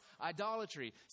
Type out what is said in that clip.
idolatry